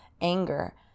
anger